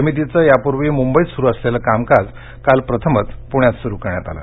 समितीचं यापूर्वी मुंबईत सुरू असलेलं कामकाज काल प्रथमच पूण्यात सुरु करण्यात आलं आहे